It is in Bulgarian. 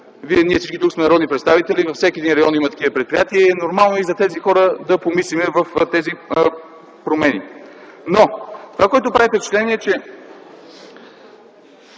Всички тук сме народни представители, във всеки един район има такива предприятия, нормално е и за тези хора да помислим при тези промени. Но това, което прави впечатление, е, че